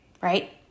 right